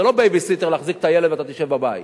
זה לא בייבי-סיטר להחזיק את הילד ואתה תשב בבית.